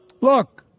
look